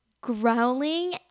growling